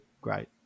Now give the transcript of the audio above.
great